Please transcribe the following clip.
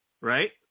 Right